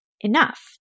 enough